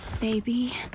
Baby